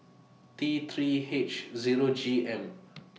T three H Zero G M